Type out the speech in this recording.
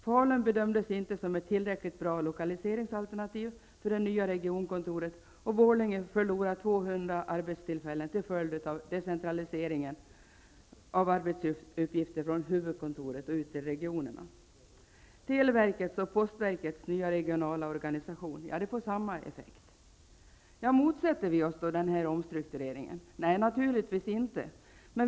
Falun bedömdes inte som ett tillräckligt bra lokaliseringsalternativ för det nya regionkontoret, och Borlänge förlorar 200 Televerkets och postverkets nya regionala organisation får samma effekt. Motsätter vi oss då denna omstrukturering? Nej, naturligtvis inte.